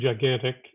gigantic